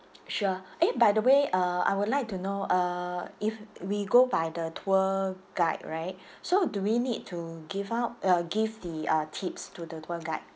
sure eh by the way uh I would like to know uh if we go by the tour guide right so do we need to give out uh give the uh tips to the tour guide